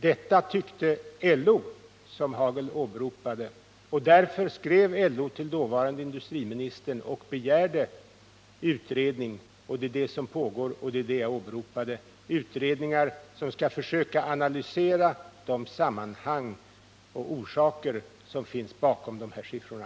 Detta tyckte LO, som Rolf Hagel åberopade, och därför skrev LO till dåvarande industriministern och begärde utredning. Det är detta som pågår, och det är det jag åberopade — utredningar som skall försöka analysera de sammanhang och orsaker som finns bakom de här siffrorna.